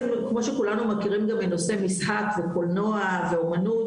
כמו שכולנו מכירים גם מנושא משחק וקולנוע ואומנות,